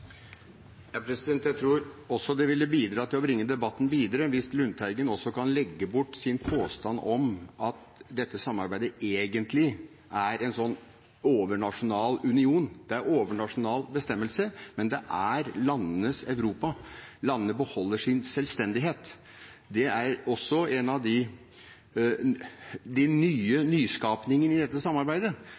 Jeg tror også det ville bidratt til å bringe debatten videre hvis Lundteigen kunne legge bort sin påstand om at dette samarbeidet egentlig er en overnasjonal union. Det er overnasjonale bestemmelser, men det er landenes Europa. Landene beholder sin selvstendighet. Det er også en av de nye nyskapingene i dette samarbeidet,